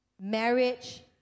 Marriage